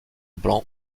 blanc